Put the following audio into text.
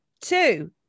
Two